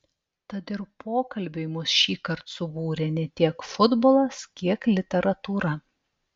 tad ir pokalbiui mus šįkart subūrė ne tiek futbolas kiek literatūra